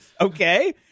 okay